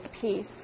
peace